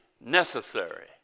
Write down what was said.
necessary